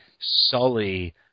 Sully